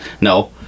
no